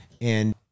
And-